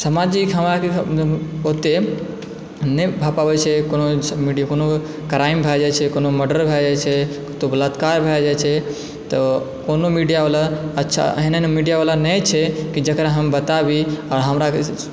सामाजिक हमरा अरके ओतय नहि भए पाबैत छै कोनो क्राइम भए जाइ छै कोनो मर्डर भए जाइत छै कतहुँ बलात्कार भए जाइत छै तऽ कोनो मीडियावाला अच्छा एहन एहन मीडियावाला नहि छै की जेकरा हम बताबी आओर हमरा